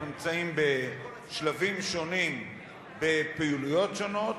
אנחנו נמצאים בשלבים שונים בפעילויות שונות,